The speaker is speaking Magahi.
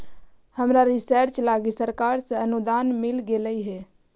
हमरा रिसर्च लागी सरकार से अनुदान मिल गेलई हे